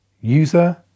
user